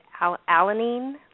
alanine